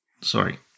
Sorry